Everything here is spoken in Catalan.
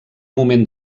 moment